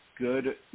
Good